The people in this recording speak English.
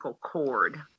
cord